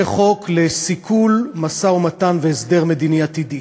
זה חוק לסיכול משא-ומתן והסדר מדיני עתידי.